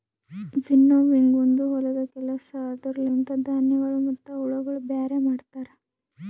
winnowing ಒಂದು ಹೊಲದ ಕೆಲಸ ಅದುರ ಲಿಂತ ಧಾನ್ಯಗಳು ಮತ್ತ ಹುಳಗೊಳ ಬ್ಯಾರೆ ಮಾಡ್ತರ